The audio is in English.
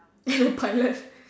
date a pilot